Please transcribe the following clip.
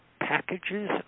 packages